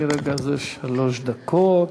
מרגע זה שלוש דקות.